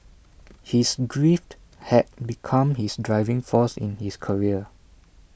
his grief had become his driving force in his career